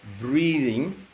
breathing